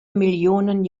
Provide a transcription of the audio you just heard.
millionen